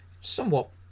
somewhat